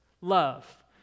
love